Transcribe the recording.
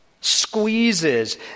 squeezes